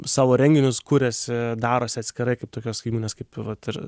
savo renginius kuriasi darosi atskirai kaip tokios įmonės kaip vat ir